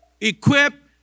equip